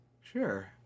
sure